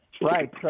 Right